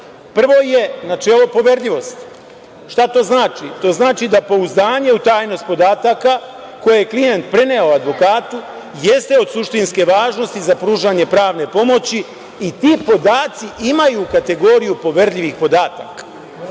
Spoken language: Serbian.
je načelo poverljivosti. Šta to znači? To znači da pouzdanje u tajnost podataka koje je klijent preneo advokatu jeste od suštinske važnosti za pružanje pravne pomoći i ti podaci imaju kategoriju poverljivih podataka. Sledeće